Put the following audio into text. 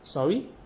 sorry